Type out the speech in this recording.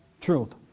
truth